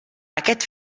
aquest